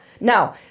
Now